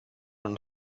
und